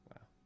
Wow